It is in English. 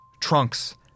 Trunks